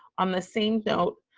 on the same note,